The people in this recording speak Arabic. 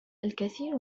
الكثير